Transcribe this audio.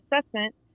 assessment